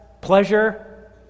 pleasure